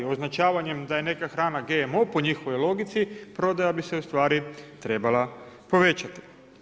Označavanjem da je neka hrana GMO po njihovoj logici, prodaja bi se ustvari trebala povećati.